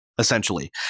Essentially